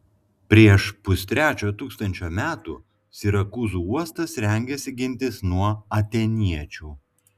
prieš pustrečio tūkstančio metų sirakūzų uostas rengėsi gintis nuo atėniečių